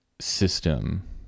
system